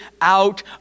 out